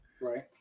Right